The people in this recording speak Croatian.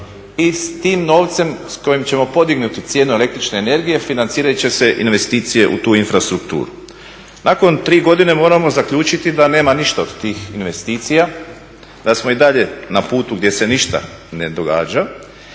i s tim novcem s kojim ćemo podignuti cijenu električne energije financirat će se investicije u tu infrastrukturu. Nakon 3 godine moramo zaključiti da nema ništa od tih investicija, da smo i dalje na putu gdje se ništa ne događa